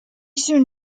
soon